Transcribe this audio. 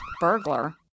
burglar